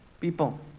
People